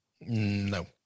No